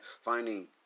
finding